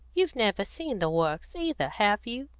you've never seen the works either, have you?